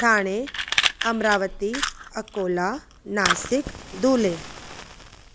थाणे अमरावती अकोला नासिक दूल्हे